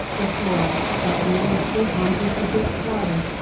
before, that you were too hampered to get started,